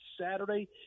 Saturday